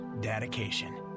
dedication